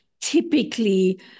typically